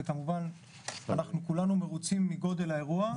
וכמובן אנחנו כולנו מרוצים מגודל האירוע.